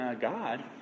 God